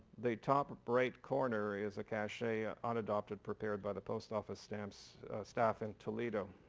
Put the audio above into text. the top right corner is a cachet ah unadopted prepared by the post office stamps staff in toledo.